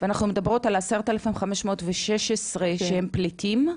ואנחנו מדברות על 10,516 שהם פליטים?